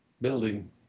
building